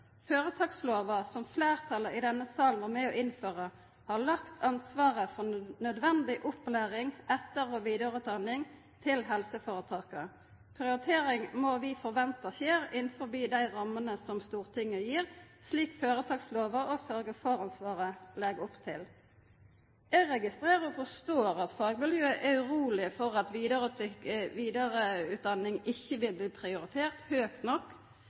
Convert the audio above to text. Føretakslova, som fleirtalet i denne salen var med på å innføra, har lagt ansvaret for nødvendig opplæring, etter- og vidareutdanning til helseføretaka. Prioritering må vi forventa skjer innanfor dei rammene som Stortinget gir, slik føretakslova og sørgja-for-ansvaret legg opp til. Eg registrerer og forstår at fagmiljøa er urolege for at vidareutdanning ikkje vil bli prioritert høgt nok,